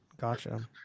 Gotcha